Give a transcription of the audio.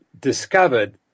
discovered